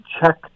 check